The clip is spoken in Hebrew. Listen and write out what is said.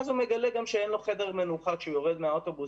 ואז הוא מגלה גם שאין לו חדר מנוחה כשהוא יורד מהאוטובוס,